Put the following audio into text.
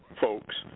folks